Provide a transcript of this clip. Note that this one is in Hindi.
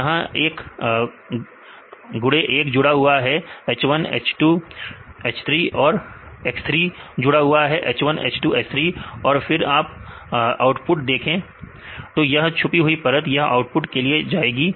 तो यहां एक x1 जुड़ा हुआ है h1 h2 h3 से और x3 जुड़ा हुआ है h1 h2 h3 से फिर आप आउटपुट देखें पुण्य तो यह छुपी हुई परत यह आउटपुट के लिए जाएगी